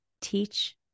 teach